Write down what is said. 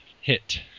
hit